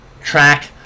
Track